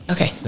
Okay